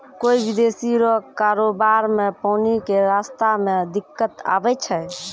कोय विदेशी रो कारोबार मे पानी के रास्ता मे दिक्कत आवै छै